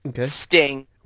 Sting